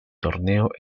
torneo